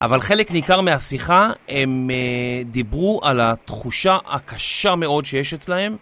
אבל חלק ניכר מהשיחה, הם, אה... דיברו על התחושה הקשה מאוד שיש אצלהם,